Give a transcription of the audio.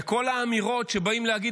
כל האמירות שבאים להגיד,